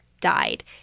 died